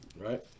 right